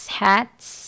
hats